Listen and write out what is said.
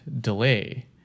delay